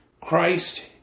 Christ